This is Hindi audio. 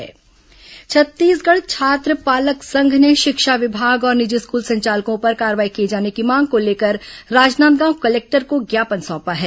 पालक स्कूल फीस छत्तीसगढ़ छात्र पालक संघ ने शिक्षा विभाग और निजी स्कूल संचालकों पर कार्रवाई किए जाने की मांग को लेकर राजनांदगांव कलेक्टर को ज्ञापन सौंपा है